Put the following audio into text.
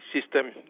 system